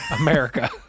America